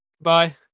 bye